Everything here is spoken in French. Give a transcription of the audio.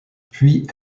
puis